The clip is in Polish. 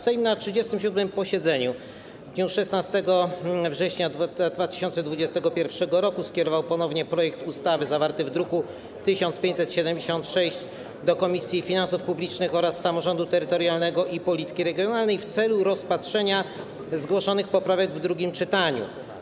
Sejm na 37. posiedzeniu w dniu 16 września 2021 r. skierował ponownie projekt ustawy zawarty w druku nr 1576 do Komisji Finansów Publicznych oraz Komisji Samorządu Terytorialnego i Polityki Regionalnej w celu rozpatrzenia zgłoszonych poprawek w drugim czytaniu.